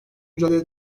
mücadele